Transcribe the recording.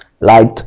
light